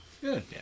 Good